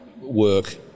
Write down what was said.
work